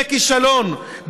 זה כישלון,